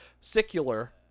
Secular